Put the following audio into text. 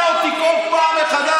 וזה מזעזע אותי כל פעם מחדש.